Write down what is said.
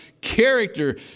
character